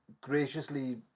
graciously